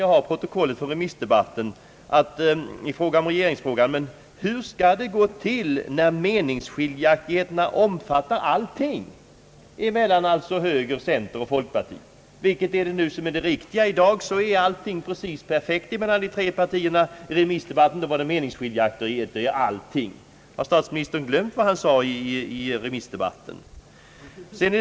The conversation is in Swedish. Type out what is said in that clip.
Jag har protokollet från remissdebatten, och vid det tillfället frågade statsministern: »Hur skall det gå till när meningsskiljaktigheterna omfattar allting?» — alltså meningsskiljaktigheterna mellan hö 'gern, centern och folkpartiet. Vilket är nu det riktiga? I dag är allting perfekt mellan de tre partierna, men i remissdebatten rådde meningsskiljaktigheter i allting. Har statsministern glömt vad han sade i remissdebatten?